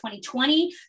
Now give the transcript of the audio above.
2020